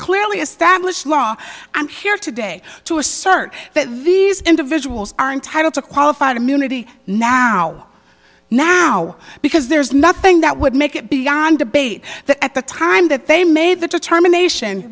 clearly established law i'm here today to assert that these individuals are entitled to qualified immunity now now because there is nothing that would make it beyond debate that at the time that they made the determination